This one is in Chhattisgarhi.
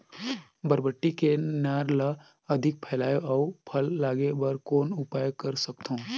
बरबट्टी के नार ल अधिक फैलाय अउ फल लागे बर कौन उपाय कर सकथव?